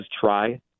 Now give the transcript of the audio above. try